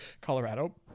Colorado